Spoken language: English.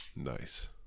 Nice